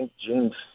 June